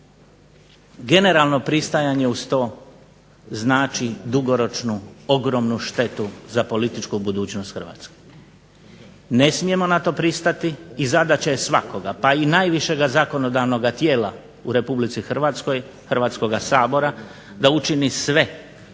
generalno pristajanje uz to znači dugoročnu ogromnu štetu za političku budućnost Hrvatske. Ne smijemo na to pristati i zadaća je svakoga, pa i najvišeg zakonodavnog tijela u Republici Hrvatskoj Hrvatskoga sabora da učini sve, da se